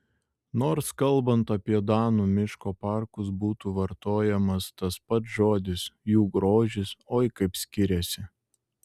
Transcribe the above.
nors kalbant apie danų miško parkus būtų vartojamas tas pats žodis jų grožis oi kaip skiriasi